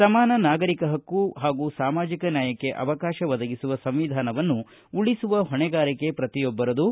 ಸಮಾನ ನಾಗರಿಕ ಹಕ್ಕು ಹಾಗೂ ಸಾಮಾಜಿಕ ನ್ಯಾಯಕ್ಕೆ ಅವಕಾಶ ಒದಗಿಸುವ ಸಂವಿಧಾನವನ್ನು ಉಳಸುವ ಹೊಣೆಗಾರಿಕೆ ಪ್ರತಿಯೊಬ್ಬರದೂ